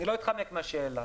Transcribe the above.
אני לא אתחמק מהשאלה